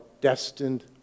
destined